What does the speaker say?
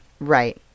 Right